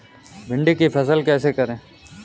भिंडी की फसल कैसे करें?